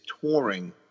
touring